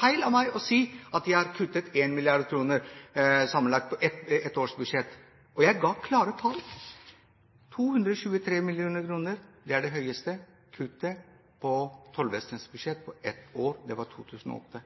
feil av meg å si at de har kuttet 1 mrd. kr sammenlagt på ett års budsjett. Jeg ga klare tall: 223 mill. kr er det høyeste kuttet i tollvesenets budsjett på ett år – det var i 2008.